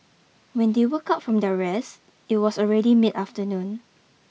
when they woke up from their rest it was already mid afternoon